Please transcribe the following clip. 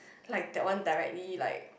like that one directly like